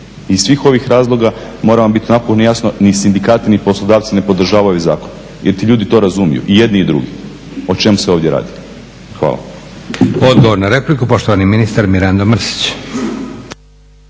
Iz svih ovih razloga moramo vam biti napokon jasno, ni sindikati ni poslodavci ne podržavaju zakon jer ti ljudi to razumiju, i jedni i drugi o čem se ovdje radi. Hvala.